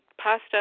pasta